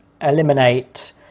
eliminate